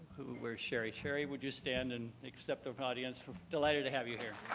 who where's sherry? sherry, would you stand and accept the audience? delighted to have you here.